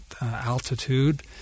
altitude